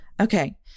Okay